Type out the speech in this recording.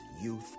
youth